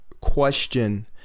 question